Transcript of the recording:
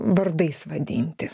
vardais vadinti